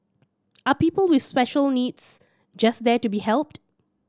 are people with special needs just there to be helped